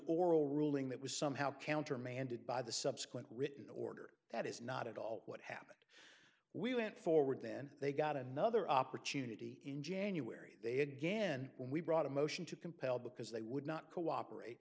oral ruling that was somehow countermanded by the subsequent written order that is not at all what happened we went forward then they got another opportunity in january they had again when we brought a motion to compel because they would not cooperate